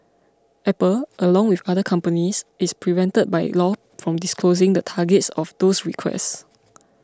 apple along with other companies is prevented by law from disclosing the targets of those requests